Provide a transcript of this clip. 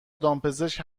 دامپزشک